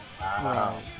Wow